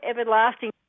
everlasting